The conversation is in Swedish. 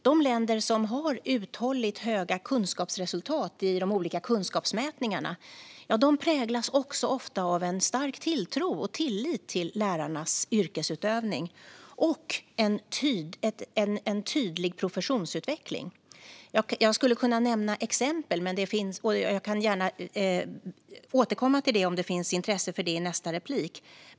De länder som har uthålligt höga kunskapsresultat i de olika kunskapsmätningarna präglas ofta av en stark tilltro och tillit till lärarnas yrkesutövning och av en tydlig professionsutveckling. Jag skulle kunna ge exempel. Jag kan gärna återkomma till det i mitt nästa anförande om det finns intresse av det.